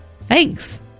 Thanks